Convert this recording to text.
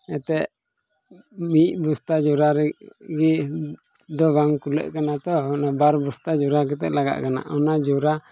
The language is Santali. ᱮᱱᱛᱮᱫ ᱢᱤᱫ ᱵᱚᱥᱛᱟ ᱡᱳᱨᱟ ᱨᱮᱜᱮ ᱫᱚ ᱵᱟᱝ ᱠᱩᱞᱟᱹᱜ ᱠᱟᱱᱟ ᱛᱚ ᱚᱱᱟ ᱵᱟᱨ ᱵᱚᱥᱛᱟ ᱡᱳᱨᱟ ᱠᱟᱛᱮᱫ ᱞᱟᱜᱟᱜ ᱠᱟᱱᱟ ᱚᱱᱟ ᱡᱳᱨᱟ